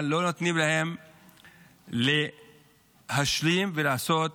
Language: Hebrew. אבל לא נותנים להם להשלים ולעשות